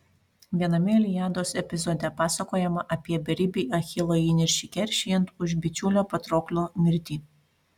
viename iliados epizode pasakojama apie beribį achilo įniršį keršijant už bičiulio patroklo mirtį